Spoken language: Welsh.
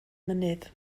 mynydd